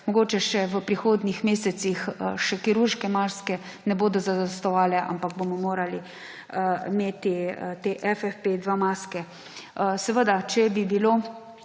Mogoče v prihodnjih mesecih še kirurške maske ne bodo zadostovale, ampak bomo morali imeti samo FFP2 maske. Če bi bilo